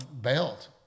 bailed